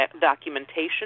documentation